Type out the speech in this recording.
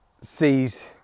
sees